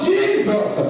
Jesus